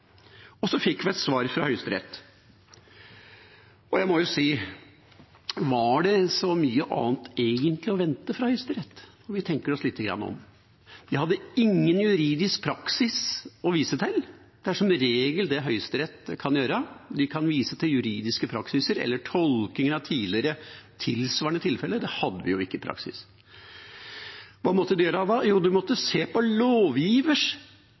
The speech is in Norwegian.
Så fikk vi et svar fra Høyesterett, og jeg må si: Var det egentlig så mye annet å vente fra Høyesterett når vi tenker oss lite grann om? De hadde ingen juridisk praksis å vise til. Det er som regel det Høyesterett kan gjøre, de kan vise til juridisk praksis eller tolking av tidligere tilsvarende tilfeller. Det hadde vi ikke i praksis. Hva måtte de gjøre da? Jo, de måtte se på lovgivers